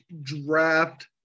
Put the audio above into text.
draft